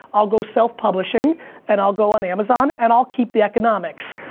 i'll go self publishing and i'll go on amazon and i'll keep the economics.